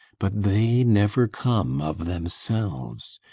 but they never come of themselves.